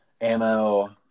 ammo